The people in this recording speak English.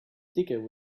sticker